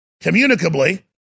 communicably